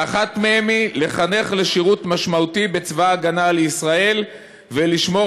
שאחת מהן היא לחנך לשירות משמעותי בצבא ההגנה לישראל ולשמור